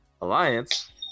Alliance